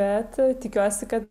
bet tikiuosi kad